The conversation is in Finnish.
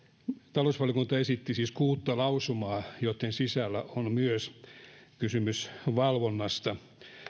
talousvaliokunta esitti siis kuutta lausumaa joitten sisällä on kysymys myös valvonnasta